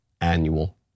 annual